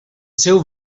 seu